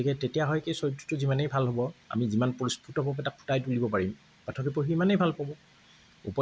গতিকে তেতিয়া হয় কি চৰিত্ৰটো যিমানেই ভাল হ'ব আমি যিমান পৰিস্ফুটভাৱে তাক ফুটাই তুলিব পাৰিম পাঠকে পঢ়ি সিমানেই ভাল পাব